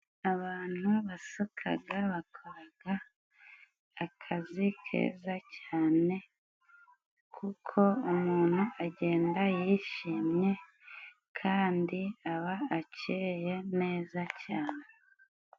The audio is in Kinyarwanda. Abantu basukaga bakoraga akazi keza cyane kuko umuntu agenda yishimye kandi aba akeye neza cyane.